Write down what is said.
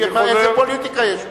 כי איזו פוליטיקה יש פה?